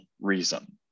reason